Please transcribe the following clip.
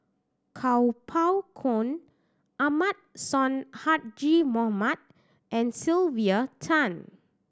Kuo Pao Kun Ahmad Sonhadji Mohamad and Sylvia Tan